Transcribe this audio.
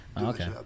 Okay